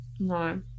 No